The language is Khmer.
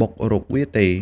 បុករុកវាទេ។